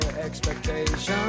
expectations